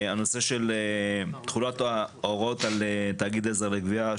סעיף 330כה, תחולת הוראות על תאגיד עזר לגבייה.